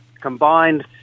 combined